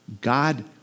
God